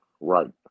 Right